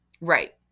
Right